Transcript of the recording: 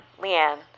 Leanne